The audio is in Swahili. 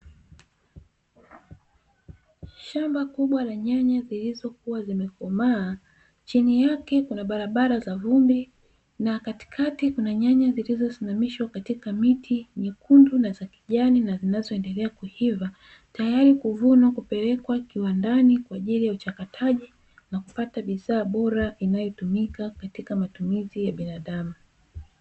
Shamba kubwa la nyanya zilizokuwa zimekomaa, chini yake kuna barabara za vumbi na katikati kuna nyanya zilizosimamishwa katika miti myekundu na za kijani na zinazoendelea kuiva, tayari kuvunwa na kupelekwa kiwandani kwa ajili ya uchakataji, na kupata bidhaa bora inayotumika katika matumizi ya binadamu.